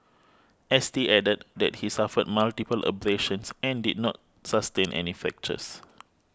S T added that he suffered multiple abrasions and did not sustain any fractures